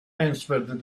answered